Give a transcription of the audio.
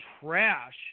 trash